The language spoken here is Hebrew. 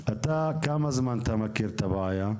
אתה, כמה זמן אתה מכיר את הבעיה?